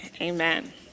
Amen